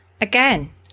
Again